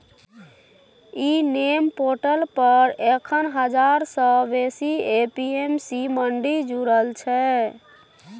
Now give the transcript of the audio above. इ NAM portal पर एखन हजार सँ बेसी ए.पी.एम.सी मंडी जुरल छै